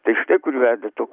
tiktai štai kur veda toks